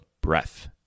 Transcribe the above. breath